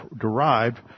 derived